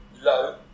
low